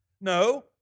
No